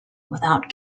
without